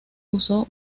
usó